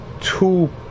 two